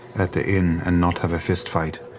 at the inn and not have a fist fight.